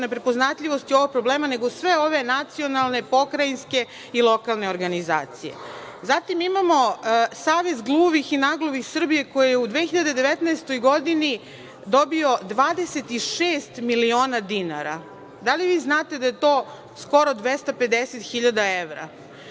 na prepoznatljivosti ovog problema nego sve ova nacionalne, pokrajinske i lokalne organizacije. Zatim imamo Savez gluvih i nagluvih Srbije koji je u 2019. godini dobio 26 miliona dinara. Da li vi znate da je to skoro 250 hiljada evra.